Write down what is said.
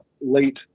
late